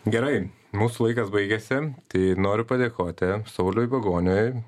gerai mūsų laikas baigėsi tai noriu padėkoti sauliui vagoniui